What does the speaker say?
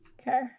Okay